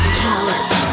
callous